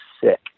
sick